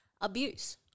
abuse